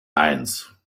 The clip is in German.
eins